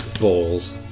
Balls